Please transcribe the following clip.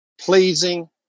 pleasing